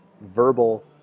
verbal